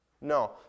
No